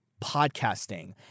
podcasting